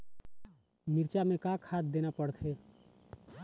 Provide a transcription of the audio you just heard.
मिरचा मे का खाद देना पड़थे?